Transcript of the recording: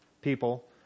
people